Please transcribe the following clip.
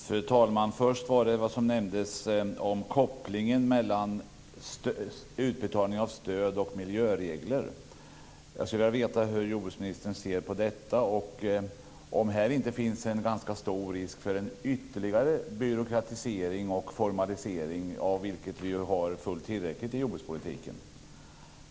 Fru talman! För det första vill jag ta upp det som nämndes om kopplingen mellan utbetalning av stöd och miljöregler. Jag skulle vilja veta hur jordbruksministern ser på detta. Finns det inte en ganska stor risk för ytterligare byråkratisering och formalisering, av vilket vi har fullt tillräckligt i jordbrukspolitiken?